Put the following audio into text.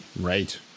Right